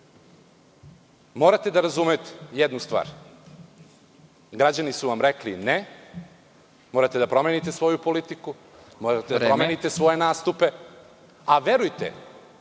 Morate da razumete jednu stvar. Građani su vam rekli – ne, morate da promenite svoju politiku, morate da promenite svoje nastupe, a verujte